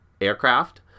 aircraft